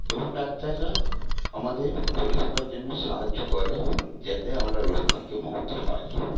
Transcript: এবং ডাক্তাররা আমাদের পরিষেবার জন্য সাহায্য করে যাতে আমরা রোগ থেকে মুক্তি পাই